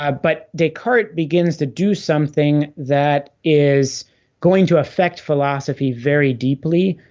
ah but descartes begins to do something that is going to affect philosophy very deeply,